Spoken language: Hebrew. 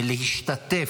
ולהשתתף,